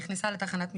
נכנסה לתחנת משטרה,